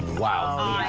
wow